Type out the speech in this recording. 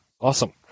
Awesome